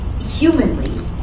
humanly